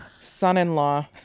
son-in-law